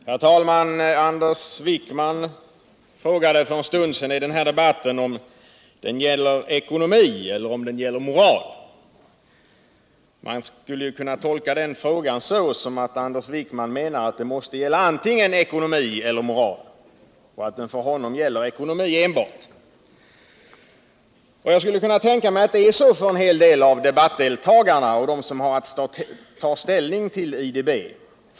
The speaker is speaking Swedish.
Herr talman! Anders Wijkman frågade för en stund sedan om denna debatt gäller ekonomi eller moral. Man skulle kunna tolka den frågan så att Anders Wijkman menar att det måste gälla antingen ekonomi eller moral och att det för honom gäller ekonomi enbart. Jag skulle kunna tänka mig att det är så för en hel del av debattdeltagarna och bland dem som har att ta ställning till IDB.